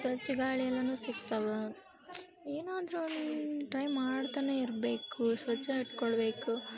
ಸ್ವಚ್ಛ ಗಾಳಿ ಎಲ್ಲನೂ ಸಿಗ್ತವೆ ಏನಾದರೂ ಒಂದು ಟ್ರೈ ಮಾಡ್ತನೇ ಇರಬೇಕು ಸ್ವಚ್ಛ ಇಟ್ಟುಕೊಳ್ಬೇಕು